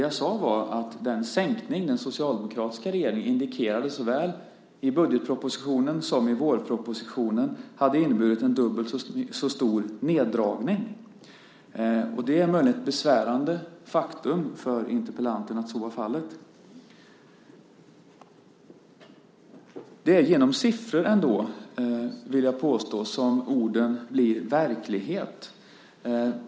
Jag sade att den sänkning den socialdemokratiska regeringen indikerade såväl i budgetpropositionen som i vårpropositionen hade inneburit en dubbelt så stor neddragning. Det är möjligen ett besvärande faktum för interpellanten att så är fallet. Det är genom siffror, vill jag påstå, som orden blir verklighet.